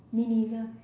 me neither